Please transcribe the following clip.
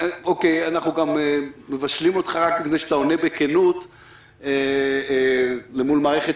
אנחנו גם "מבשלים" אותך רק מפני שאתה עונה בכנות אל מול מערכת